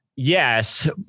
Yes